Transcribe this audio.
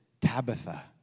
Tabitha